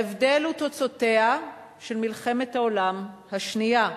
ההבדל הוא תוצאותיה של מלחמת העולם השנייה.